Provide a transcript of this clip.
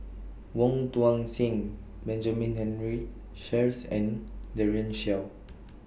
Wong Tuang Seng Benjamin Henry Sheares and Daren Shiau